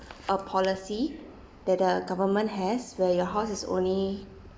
a policy that the government has where your house is only